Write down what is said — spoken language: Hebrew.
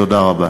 תודה רבה.